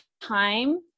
time